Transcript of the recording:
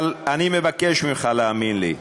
אבל אני מבקש ממך להאמין לי: